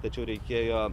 tačiau reikėjo